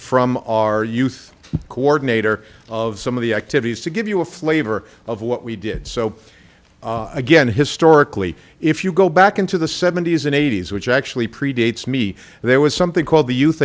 from our youth coordinator of some of the activities to give you a flavor of what we did so again historically if you go back into the seventy's and eighty's which actually predates me there was something called the youth